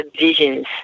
visions